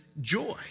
joy